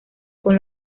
con